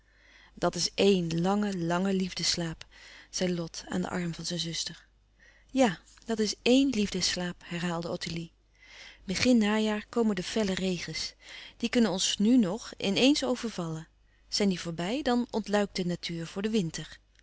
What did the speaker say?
dat is éen lange lange liefdeslaap zei lot aan den arm van zijn zuster louis couperus van oude menschen de dingen die voorbij gaan ja dat is éen liefdeslaap herhaalde ottilie begin najaar komen de felle regens die kunnen ons nu nog in eens overvallen zijn die voorbij dan ontluikt de natuur voor den winter